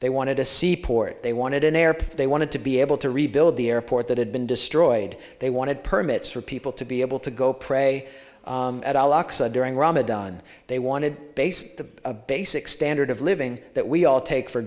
they wanted a seaport they wanted an airport they wanted to be able to rebuild the airport that had been destroyed they wanted permits for people to be able to go pray during ramadan they wanted based to a basic standard of living that we all take for